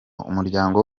umuryango